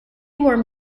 warm